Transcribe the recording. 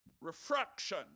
refraction